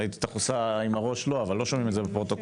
אני ראיתי אותך עושה עם הראש לא אבל לא שומעים את זה בפרוטוקול,